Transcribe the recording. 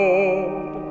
Lord